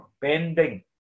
bending